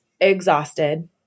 exhausted